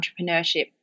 entrepreneurship